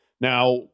Now